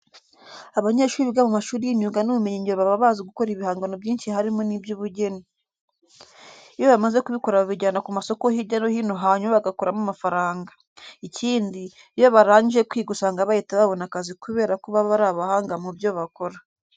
Abanyeshuri biga mu mashuri y'imyuga n'ubumenyingiro baba bazi gukora ibihangano byinshi harimo n'iby'ubugeni. Iyo bamaze kubikora babijyana ku masoko hirya no hino hanyuma bagakuramo amafaranga. Ikindi, iyo barangije kwiga usanga bahita babona akazi kubera ko baba ari abahanga mu byo bakora.